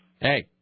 Hey